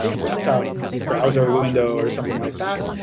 ah laptop browser window or something like that.